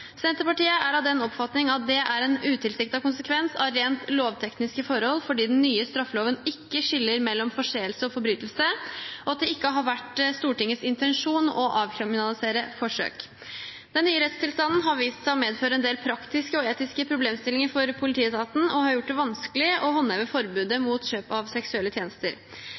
Senterpartiet er av den oppfatning at det er en utilsiktet konsekvens av rent lovtekniske forhold fordi den nye straffeloven ikke skiller mellom forseelse og forbrytelse, og at det ikke har vært Stortingets intensjon å avkriminalisere forsøk. Den nye rettstilstanden har vist seg å medføre en del praktiske og etiske problemstillinger for politietaten og gjort det vanskelig å håndheve forbudet mot kjøp av seksuelle tjenester.